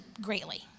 greatly